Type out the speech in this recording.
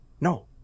no